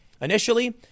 Initially